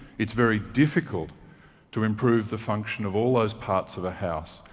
it's very difficult to improve the function of all those parts of the house.